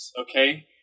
okay